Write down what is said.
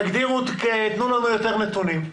תנו לנו יותר נתונים.